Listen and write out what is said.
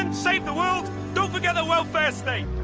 and save the world don't forget the welfare state.